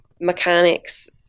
mechanics